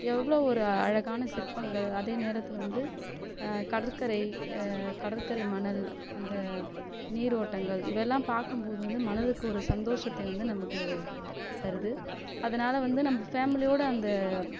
எவ்வளோ ஒரு அழகான சிற்பங்கள் அதே நேரத்தில் வந்து கடற்கரை கடற்கரை மணல் அந்த நீரோட்டங்கள் இவையெல்லாம் பார்க்கும் போது வந்து மனதுக்கு ஒரு சந்தோஷத்தை வந்து நமக்கு தருது அதனால் வந்து நம்ம ஃபேமிலியோடய அந்த